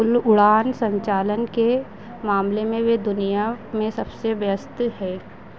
कुल उड़ान संचालन के मामले में वे दुनिया में सबसे व्यस्त है